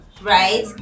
right